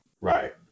Right